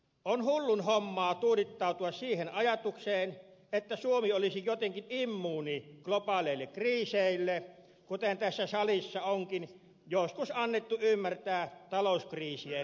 on hullun hommaa tuudittautua siihen ajatukseen että suomi olisi jotenkin immuuni globaaleille kriiseille kuten tässä salissa on joskus annettu ymmärtää talouskriisien osalta